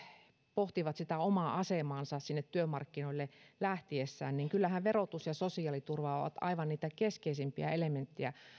pohtivat sitä omaa asemaansa sinne työmarkkinoille lähtiessään niin kyllähän verotus ja sosiaaliturva ovat aivan niitä keskeisimpiä elementtejä